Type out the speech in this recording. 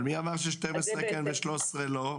מי אמר ש-12 כן ו-13 לא?